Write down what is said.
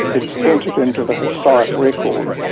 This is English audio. it's entered into the historic record.